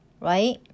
right